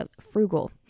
frugal